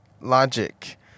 logic